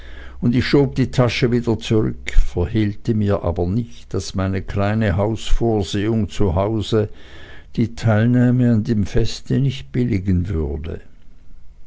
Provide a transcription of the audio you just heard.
und ich schob die tasche wieder zurück verhehlte mir aber nicht daß meine kleine hausvorsehung zu hause die teilnahme an dem feste nicht billigen werde